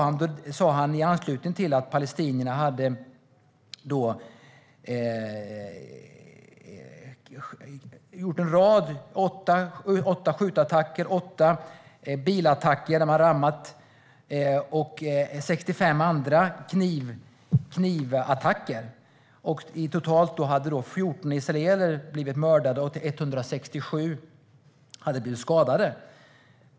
Det sa han i anslutning till att palestinierna hade genomfört 8 skjutattacker, 8 bilattacker och 65 knivattacker. Totalt hade 14 israeler blivit mördade, och 167 hade blivit skadade.